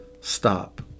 Stop